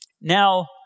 Now